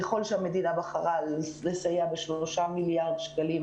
ככל שהמדינה בחרה לסייע בשלושה מיליארד שקלים